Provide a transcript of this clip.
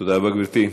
תודה רבה, גברתי.